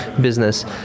business